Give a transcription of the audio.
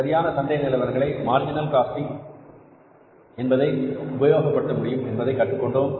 சரியான சந்தை நிலவரங்களை மார்ஜினல் காஸ்டிங் என்பதை உபயோகப்படுத்த முடியும் என்பதை கற்றுக் கொண்டோம்